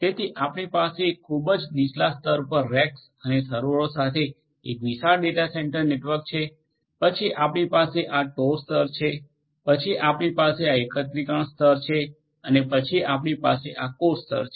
તેથી આપણી પાસે ખૂબ જ નીચલા સ્તર પર રેક્સ અને સર્વરો સાથે એક વિશાળ ડેટા સેન્ટર નેટવર્ક છે પછી આપણી પાસે આ ટોર સ્તર છે પછી આપણી પાસે આ એકત્રીકરણ સ્તર છે અને પછી આપણી પાસે આ કોર સ્તર છે